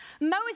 Moses